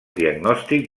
diagnòstic